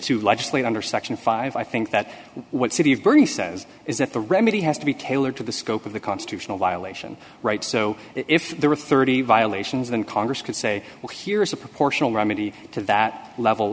to legislate under section five i think that what city of bernie says is that the remedy has to be tailored to the scope of the constitutional violation right so if there were thirty violations then congress could say well here is a proportional remedy to that level